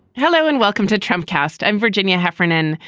hello and welcome to trump cast. i'm virginia heffernan.